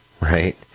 right